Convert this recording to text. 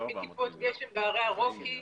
מטיפות גשם בהרי הרוקי,